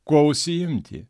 kuo užsiimti